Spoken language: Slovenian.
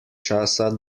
časa